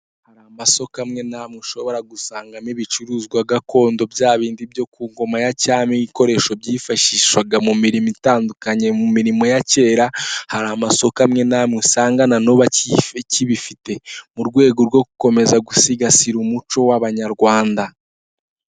Hari amasoko amwe n'amwe ushobora gusangamo ibicuruzwa gakondo, bya bindi byo ku ngoma ya cyami. Ibikoresho byifashishwaga mu mirimo itandukanye, mu mirimo ya kera. Hari amasoko amwe n'amwe usanga na n'ubu akibifite mu rwego rwo gukomeza gusigasira umuco w'Abanyarwanda.